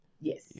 Yes